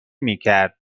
میکرد